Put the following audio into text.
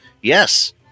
Yes